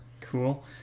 Cool